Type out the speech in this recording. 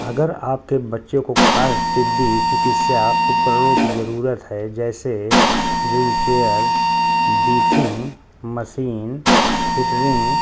اگر آپ کے بچوں کو خاص طبی چکتسہ اپکرنوں کی ضرورت ہے جیسے ویل چیئر بیتھنگ مسین ہیٹرنگ